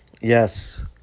Yes